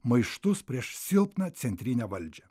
maištus prieš silpną centrinę valdžią